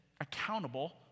accountable